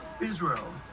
Israel